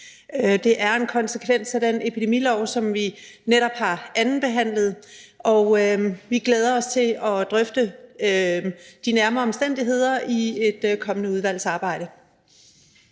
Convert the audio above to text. Det er en konsekvens af den epidemilov, som vi netop har andenbehandlet, og vi glæder os til at drøfte de nærmere omstændigheder i et kommende udvalgsarbejde.